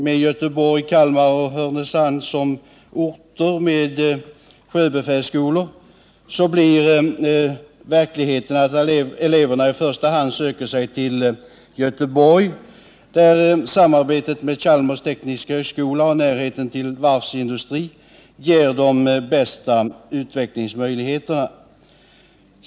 Med Göteborg, Kalmar och Härnösand som orter med sjöbefälsskolor blir det i verkligheten så att eleverna i första hand söker sig till Göteborg, där samarbetet med Chalmers tekniska högskola och närheten till varvsindustri ger de bästa utvecklingsmöjligheterna.